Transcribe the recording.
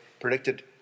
predicted